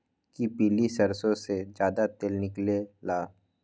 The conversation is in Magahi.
कि पीली सरसों से ज्यादा तेल निकले ला?